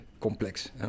complex